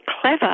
clever